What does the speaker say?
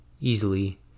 easily